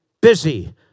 busy